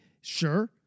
sure